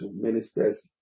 ministers